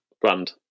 brand